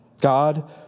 God